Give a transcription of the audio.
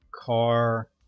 car